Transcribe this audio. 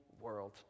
world